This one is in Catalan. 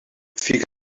fica